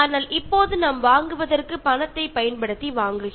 പക്ഷേ ഇപ്പോൾ നമ്മൾ ഇവയൊക്കെ പൈസ കൊടുത്തു വാങ്ങുകയാണ്